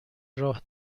راه